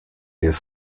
jest